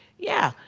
yeah,